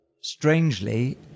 strangely